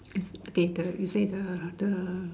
is okay the you say the the